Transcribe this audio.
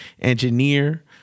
engineer